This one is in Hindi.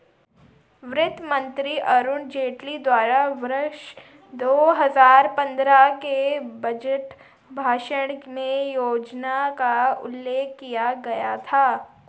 वित्त मंत्री अरुण जेटली द्वारा वर्ष दो हजार पन्द्रह के बजट भाषण में योजना का उल्लेख किया गया था